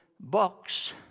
box